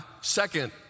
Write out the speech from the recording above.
second